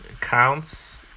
counts